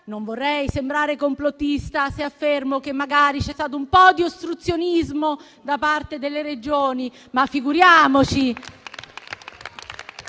Non vorrei sembrare complottista se affermo che magari c'è stato un po' di ostruzionismo da parte delle Regioni. Ma figuriamoci!